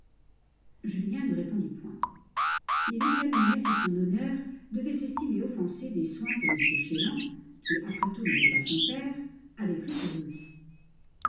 julien ne répondit point il examinait si son honneur devait s'estimer offensé des soins que m chélan qui après tout n'était pas son père avait pris pour lui